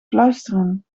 fluisteren